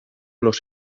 los